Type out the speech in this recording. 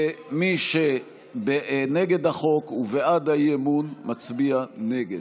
ומי שנגד החוק ובעד האי-אמון מצביע נגד.